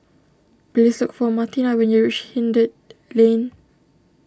please look for Martina when you reach Hindhede Lane